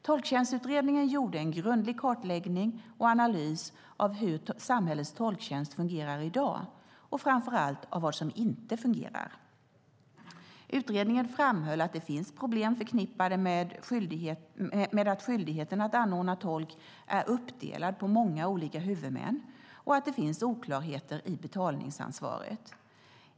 Tolktjänstutredningen gjorde en grundlig kartläggning och analys av hur samhällets tolktjänst fungerar i dag och framför allt av vad som inte fungerar. Utredningen framhöll att det finns problem förknippade med att skyldigheten att anordna tolk är uppdelad på många olika huvudmän och att det finns oklarheter i betalningsansvaret.